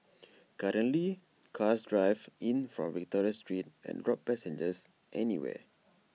currently cars drive in from Victoria street and drop passengers anywhere